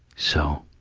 so,